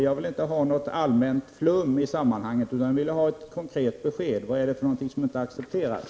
Jag vill inte ha något allmänt flum i sammanhanget utan ett konkret besked. Vad är det som ni inte accepterar?